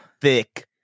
Thick